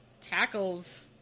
tackles